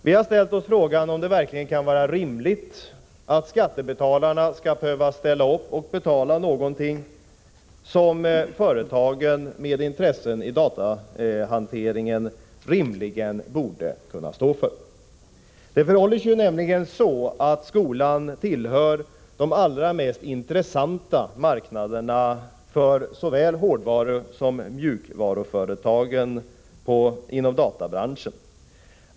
Vi har ställt oss frågan om det verkligen kan vara rimligt att skattebetalarna skall behöva betala någonting som företag med intressen i datahanteringen rimligen borde kunna stå för. Skolan tillhör nämligen de allra mest intressanta marknaderna för såväl hårdvarusom mjukvaruföretagen inom databranschen.